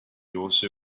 also